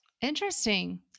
Interesting